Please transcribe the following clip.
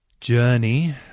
journey